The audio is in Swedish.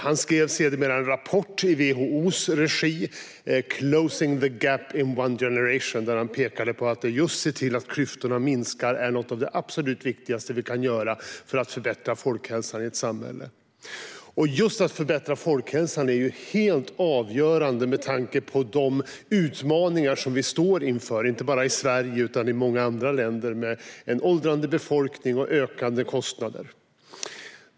Han skrev sedermera en rapport i WHO:s regi, Closing the gap in a generation . Där pekade han på att något av det absolut viktigaste vi kan göra för att förbättra folkhälsan i ett samhälle är att se till klyftorna minskar. Just att förbättra folkhälsan är helt avgörande med tanke på de utmaningar som vi står inför, inte bara i Sverige utan även i många andra länder, med en åldrande befolkning och ökande kostnader.